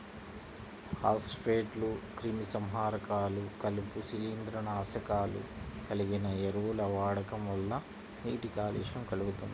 ఫాస్ఫేట్లు, క్రిమిసంహారకాలు, కలుపు, శిలీంద్రనాశకాలు కలిగిన ఎరువుల వాడకం వల్ల నీటి కాలుష్యం కల్గుతుంది